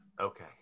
okay